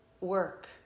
work